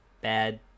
Bad